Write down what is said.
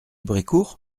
brécourt